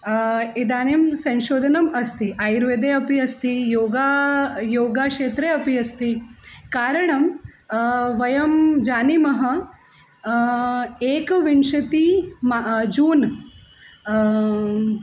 इदानीं संशोधनं अस्ति आयुर्वेदे अपि अस्ति योगः योगक्षेत्रे अपि अस्ति कारणं वयं जानीमः एकविंशतिः म जून्